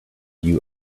you